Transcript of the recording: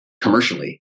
commercially